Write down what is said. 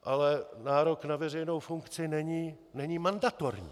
Ale nárok na veřejnou funkci není mandatorní.